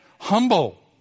humble